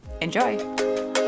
Enjoy